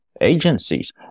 agencies